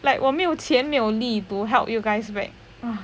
like 我没有钱没有力 to help you guys back